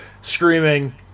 screaming